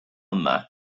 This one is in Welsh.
yma